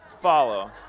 follow